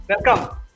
Welcome